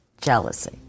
Jealousy